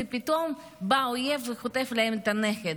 ופתאום בא האויב וחוטף להן את הנכד.